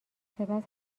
سپس